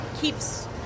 keeps